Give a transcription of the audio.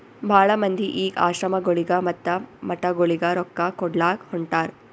ಭಾಳ ಮಂದಿ ಈಗ್ ಆಶ್ರಮಗೊಳಿಗ ಮತ್ತ ಮಠಗೊಳಿಗ ರೊಕ್ಕಾ ಕೊಡ್ಲಾಕ್ ಹೊಂಟಾರ್